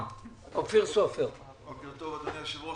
בוקר טוב אדוני היושב ראש.